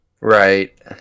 right